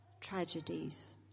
tragedies